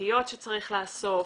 הסיבתיות שצריך לאסוף,